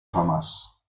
jamás